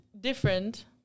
different